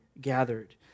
gathered